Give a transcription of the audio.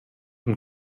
und